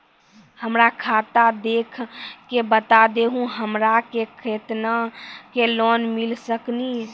हमरा खाता देख के बता देहु हमरा के केतना के लोन मिल सकनी?